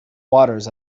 waters